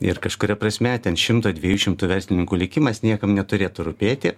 ir kažkuria prasme ten šimto dviejų šimtų verslininkų likimas niekam neturėtų rūpėti